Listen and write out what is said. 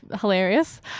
hilarious